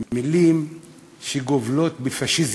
מילים שגובלות בפאשיזם.